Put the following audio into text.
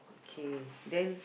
k then